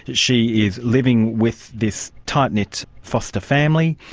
she is living with this tight-knit foster family,